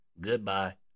Goodbye